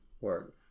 Word